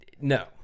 No